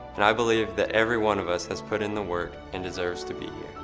and i believe that every one of us has put in the work and deserves to be